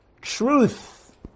truth